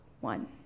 one